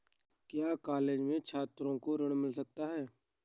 क्या कॉलेज के छात्रो को ऋण मिल सकता है?